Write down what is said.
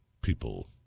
People